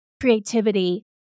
creativity